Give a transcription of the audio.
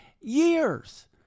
years